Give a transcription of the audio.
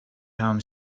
home